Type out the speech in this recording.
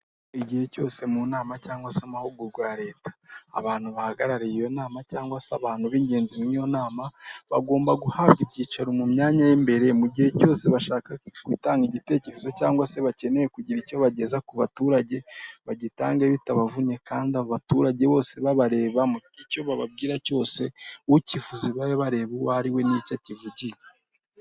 Igihe cyose mu nama cyangwa se amahugurwa ya leta, abantu bahagarariye iyo nama cyangwa se abantu b'ingenzi muri iyo nama, bagomba guhabwa ibyicaro mu myanya y'imbere; mu gihe cyose bashaka gutanga igitekerezo, cyangwa se bakeneye kugira icyo bageza ku baturage, bagitange bitabavunnye. Kandi abaturage bose babareba, mugihe icyo bababwira cyose, ukivuze babe bareba uwo ariwe n'icyo kivugiye.